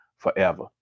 forever